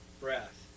breath